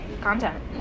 content